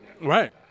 Right